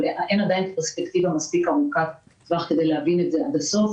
אבל אין עדיין פרספקטיבה מספיק ארוכת-טווח כדי להבין את זה עד הסוף